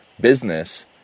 business